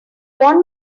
want